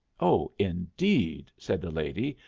oh, indeed, said the lady,